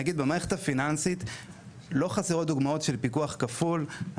נגיד במערכת הפיננסית לא חסרות דוגמאות של פיקוח כפול.